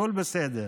הכול בסדר.